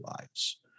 lives